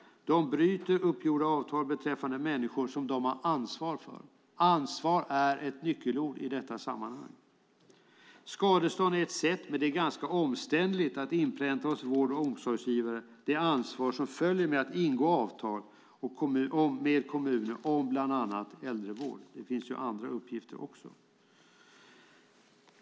De bryter uppgjorda avtal beträffande de människor som de har ansvar för. Ansvar är ett nyckelord i detta sammanhang. Skadestånd är ett sätt, men det är ganska omständligt att hos vård och omsorgsgivare inpränta det ansvar som följer med att ingå avtal med kommuner om bland annat äldrevård. Det finns ju också andra uppgifter.